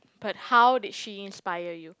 but how did she inspire you